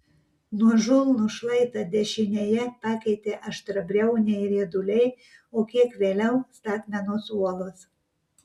nuožulnų šlaitą dešinėje pakeitė aštriabriauniai rieduliai o kiek vėliau statmenos uolos